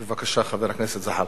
בבקשה, חבר הכנסת זחאלקה.